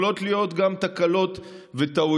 יכולות להיות גם תקלות וטעויות.